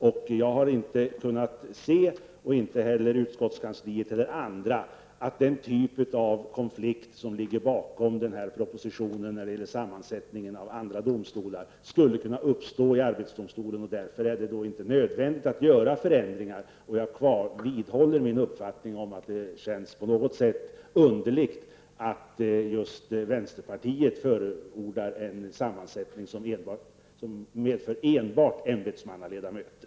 Varken jag, utskottskansliet eller någon annan har kunnat finna att den typen av konflikter som föranlett denna proposition skulle kunna uppstå i arbetsdomstolen. Därför är det inte nödvändigt att göra någon förändring av arbetsdomstolens sammansättning. Jag vidhåller också min uppfattning att det känns på något sätt underligt att just vänsterpartiet förordar en sammansättning som medför enbart ämbetsmannaledamöter.